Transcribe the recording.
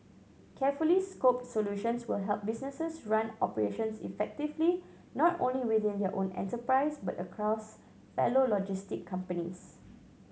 carefully scoped solutions will help businesses run operations effectively not only within their own enterprise but across fellow logistic companies